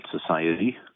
society